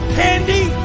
candy